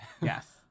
Yes